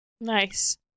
Nice